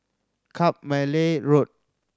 Road